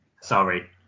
Sorry